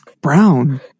Brown